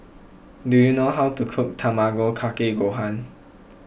do you know how to cook Tamago Kake Gohan